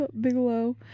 Bigelow